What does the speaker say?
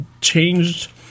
changed